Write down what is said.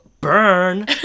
burn